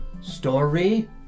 story